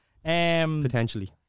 Potentially